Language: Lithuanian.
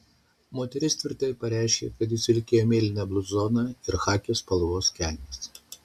moteris tvirtai pareiškė kad jis vilkėjo mėlyną bluzoną ir chaki spalvos kelnes